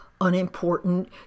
unimportant